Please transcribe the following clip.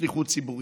בשליחות ציבורית,